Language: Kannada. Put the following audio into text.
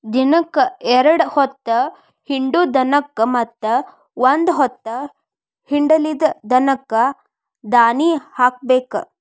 ದಿನಕ್ಕ ಎರ್ಡ್ ಹೊತ್ತ ಹಿಂಡು ದನಕ್ಕ ಮತ್ತ ಒಂದ ಹೊತ್ತ ಹಿಂಡಲಿದ ದನಕ್ಕ ದಾನಿ ಹಾಕಬೇಕ